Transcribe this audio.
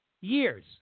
years